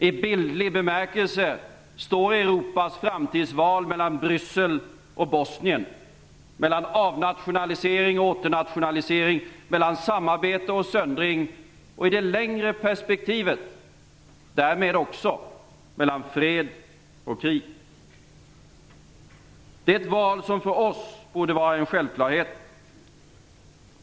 I bildlig bemärkelse står Europas framtidsval mellan Bryssel och Bosnien, mellan avnationalisering och åternationalisering, mellan samarbete och söndring och i det längre perspektivet därmed också mellan fred och krig. Det är ett val som för oss borde vara en självklarhet.